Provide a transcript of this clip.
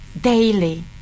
daily